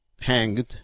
hanged